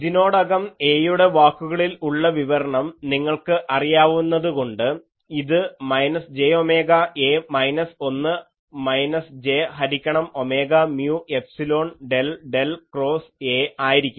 ഇതിനോടകം A യുടെ വാക്കുകളിൽ ഉള്ള വിവരണം നിങ്ങൾക്ക് അറിയാവുന്നത് കൊണ്ട് ഇത് minus j omega A minus 1 minus j ഹരിക്കണം omega mu epsilon del del cross A ആയിരിക്കും